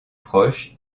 proche